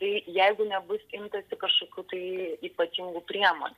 tai jeigu nebus imtasi kažkokių tai ypatingų priemonių